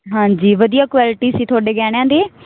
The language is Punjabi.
ਹਾਂਜੀ ਵਧੀਆ ਕੁਆਲਟੀ ਸੀ ਥੋਡੇ ਗਹਿਣਿਆਂ ਦੀ